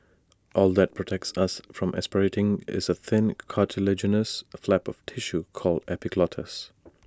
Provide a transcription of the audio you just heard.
all that protects us from aspirating is A thin cartilaginous flap of tissue called the epiglottis